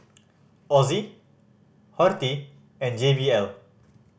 Ozi Horti and J B L